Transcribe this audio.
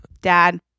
dad